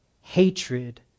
hatred